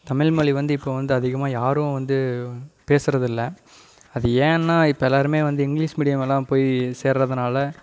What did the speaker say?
தமிழ்மொழி வந்து இப்போ வந்து அதிகமாக யாரும் வந்து பேசுகிறது இல்லை அது ஏன்னா இப்போ எல்லாருமே வந்து இங்கிலிஷ் மீடியம் எல்லாம் போய் சேருறதுனால